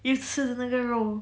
一吃那个肉